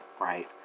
right